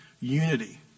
unity